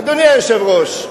רעננה.